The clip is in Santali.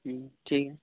ᱴᱷᱤᱠ ᱜᱮᱭᱟ